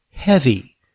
heavy